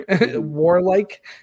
warlike